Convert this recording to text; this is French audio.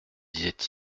disait